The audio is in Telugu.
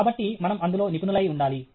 కాబట్టి మనం అందులో నిపుణులై ఉండాలి